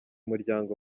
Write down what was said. muryango